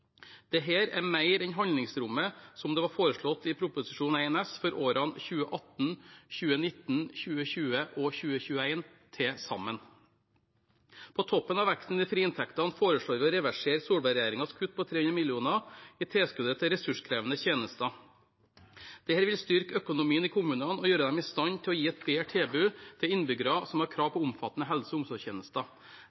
er mer enn handlingsrommet som var foreslått i Prop. 1 S for årene 2018, 2019, 2020 og 2021 – til sammen. På toppen av veksten i de frie inntektene foreslår vi å reversere Solberg-regjeringens kutt på 300 mill. kr i tilskuddet til ressurskrevende tjenester. Dette vil styrke økonomien i kommunene og gjøre dem i stand til å gi et bedre tilbud til innbyggere som har krav